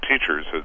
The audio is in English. teachers